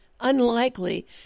unlikely